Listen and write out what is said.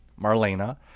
Marlena